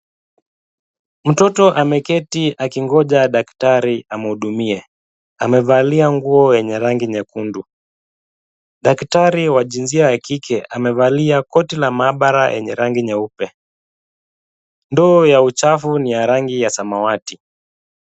Mtoto ameketi akingoja daktari amuhudumie, amevalia nguo yenye rangi nyekundu. Daktari wa jinsia ya kike, amevalia koti la maabara yenye rangi nyeupe. Ndoo ya uchafu ni ya rangi ya samawati.